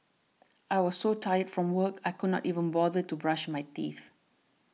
I was so tired from work I could not even bother to brush my teeth